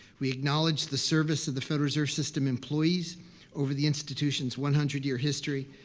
we acknowledge the service of the federal reserve system employees over the institutions one hundred year history,